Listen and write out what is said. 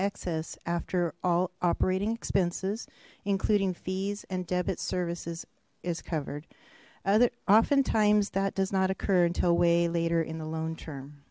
excess after all operating expenses including fees and debit services is covered other often times that does not occur until way later in the loan term